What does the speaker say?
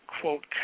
quote